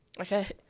Okay